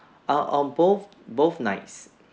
err on both both nights